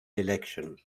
election